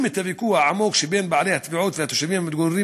את הוויכוח העמוק שבין בעלי התביעות והתושבים המתגוררים